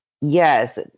Yes